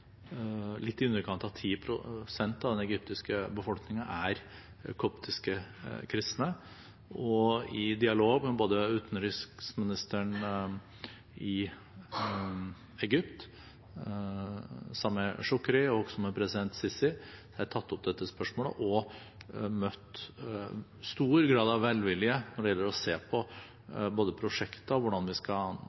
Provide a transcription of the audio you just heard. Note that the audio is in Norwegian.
Litt i underkant av 10 pst. av den egyptiske befolkningen er koptiske kristne. I dialog med både utenriksminister Sameh Shoukry og president Sisi i Egypt har jeg tatt opp dette spørsmålet og møtt stor grad av velvilje når det gjelder å se på både prosjekter og hvordan vi